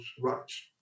rights